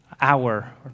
hour